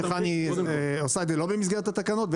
שחנ"י עושה את זה לא במסגרת התקנות,